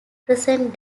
present